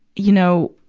you know,